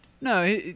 No